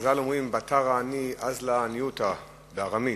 חז"ל אומרים: בתר עניא אזלא עניותא, בארמית.